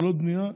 התחלות בנייה.